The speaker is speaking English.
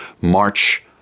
march